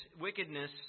wickedness